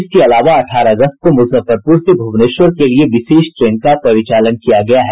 इसके अलावा अठारह अगस्त को मुजफ्फरपुर से भुवनेश्वर के लिए विशेष ट्रेन का परिचालन किया गया है